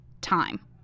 time